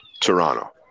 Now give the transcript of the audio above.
Toronto